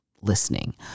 listening